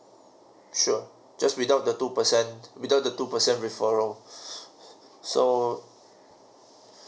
sure just without the two percent without the two percent referral so